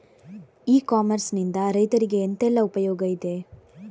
E commerce ನಿಂದ ರೈತರಿಗೆ ಎಂತೆಲ್ಲ ಉಪಯೋಗ ಇದೆ?